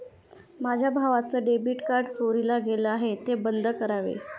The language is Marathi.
माझ्या भावाचं डेबिट कार्ड चोरीला गेलं आहे, ते बंद करावे